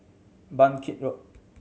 Bangkit Road